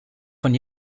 von